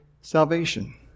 salvation